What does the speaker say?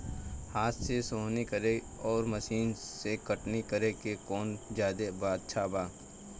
हाथ से सोहनी करे आउर मशीन से कटनी करे मे कौन जादे अच्छा बा?